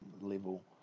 level